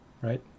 right